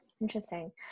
interesting